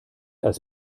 als